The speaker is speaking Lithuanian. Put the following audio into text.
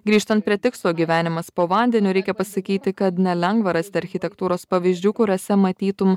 grįžtant prie tikslo gyvenimas po vandeniu reikia pasakyti kad nelengva rasti architektūros pavyzdžių kuriuose matytum